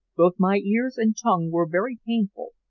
both my ears and tongue were very painful,